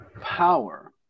power